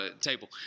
table